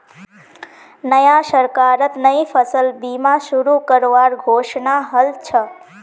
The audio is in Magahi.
नया सरकारत नई फसल बीमा शुरू करवार घोषणा हल छ